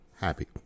happy